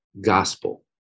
gospel